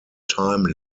time